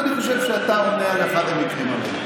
ואני חושב שאתה עונה על אחד המקרים האלה.